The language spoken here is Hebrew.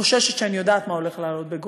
חוששת שאני יודעת מה הולך לעלות בגורלם,